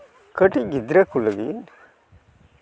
ᱠᱟᱹᱴᱤᱡ ᱜᱤᱫᱽᱨᱟᱹ ᱠᱚ ᱞᱟᱹᱜᱤᱫ